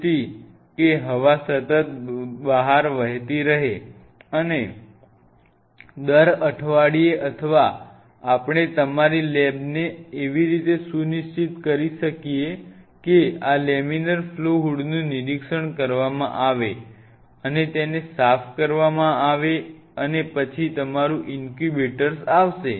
તેથી કે હવા સતત બહાર વહે છે અને દર અઠવાડિયે અથવા આપ ણે તમારી લેબને એવી રીતે સુનિશ્ચિત કરી શકીએ કે આ લેમિનાર ફ્લો હૂડનું નિરીક્ષણ કરવામાં આવે અને તેને સાફ કરવામાં આવે અને પછી તમારું ઇન્ક્યુબેટર આવશે